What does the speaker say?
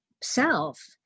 self